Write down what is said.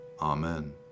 Amen